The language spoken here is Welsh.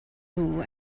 nhw